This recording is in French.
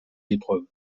l’épreuve